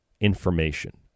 information